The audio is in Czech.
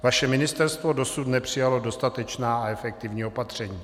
Vaše ministerstvo dosud nepřijalo dostatečná a efektivní opatření.